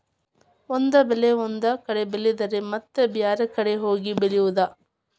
ಒಂದ ಬೆಳೆ ಒಂದ ಕಡೆ ಬೆಳೆದರ ಮತ್ತ ಬ್ಯಾರೆ ಕಡೆ ಹೋಗಿ ಬೆಳಿಯುದ